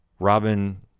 Robin